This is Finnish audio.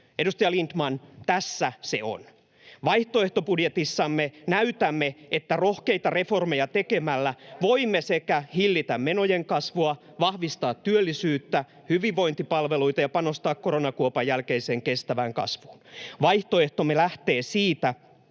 Edustaja Lindtman, tässä se on. Vaihtoehtobudjetissa näytämme, että rohkeita reformeja tekemällä voimme hillitä menojen kasvua, vahvistaa työllisyyttä ja hyvinvointipalveluita ja panostaa koronakuopan jälkeiseen kestävään kasvuun. Vaihtoehtomme lähtee siitä,